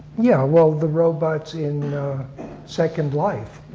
yeah, well, the robots in second life